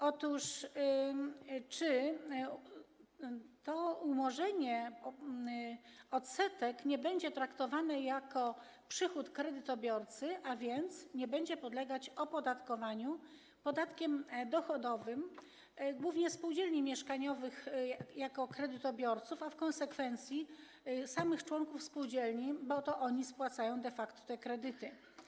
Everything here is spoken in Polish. Otóż czy to umorzenie odsetek nie będzie traktowane jako przychód kredytobiorcy, a więc nie będzie podlegało opodatkowaniu podatkiem dochodowym głównie spółdzielni mieszkaniowych jako kredytobiorców, a w konsekwencji samych członków spółdzielni, bo to oni de facto spłacają te kredyty?